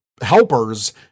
helpers